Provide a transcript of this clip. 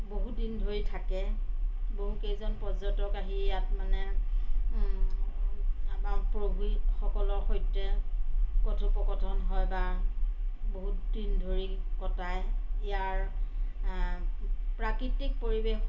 বহুদিন ধৰি থাকে বহুকেইজন পৰ্যটক আহি ইয়াত মানে প্ৰভূসকলৰ সৈতে কথোপকথন হয় বা বহুত দিন ধৰি কটায় ইয়াৰ প্ৰাকৃতিক পৰিৱেশ